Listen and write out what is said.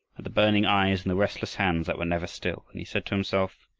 at the burning eyes, and the restless hands that were never still, and he said to himself,